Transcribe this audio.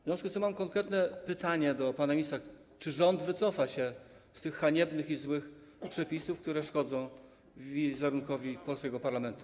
W związku z tym mam konkretne pytanie do pana ministra: Czy rząd wycofa się z tych haniebnych i złych przepisów, które szkodzą wizerunkowi polskiego parlamentu?